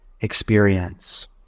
experience